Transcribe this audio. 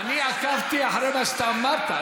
עקבתי אחרי מה שאמרת.